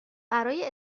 برای